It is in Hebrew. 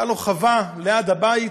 והייתה לו חווה ליד הבית,